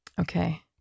Okay